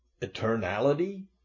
eternality